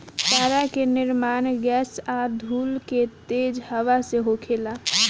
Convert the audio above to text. तारा के निर्माण गैस आ धूल के तेज हवा से होखेला